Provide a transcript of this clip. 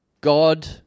God